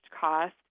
cost